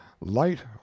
LIGHT